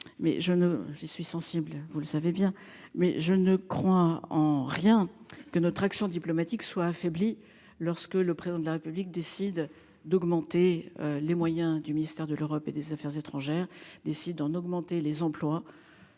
j'y suis sensible, vous le savez bien mais je ne crois en rien que notre action diplomatique soit affaibli. Lorsque le président de la République décide d'augmenter les moyens du ministère de l'Europe et des Affaires étrangères décide d'en augmenter les emplois